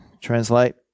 Translate